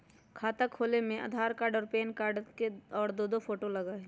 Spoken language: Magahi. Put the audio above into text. खाता खोले में आधार कार्ड और पेन कार्ड और दो फोटो लगहई?